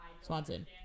Swanson